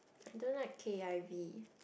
I don't like k_i_v